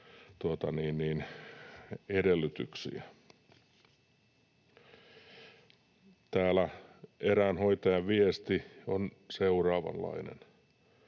edellytyksiä. Täällä erään hoitajan viesti on seuraavanlainen: